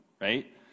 right